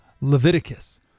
Leviticus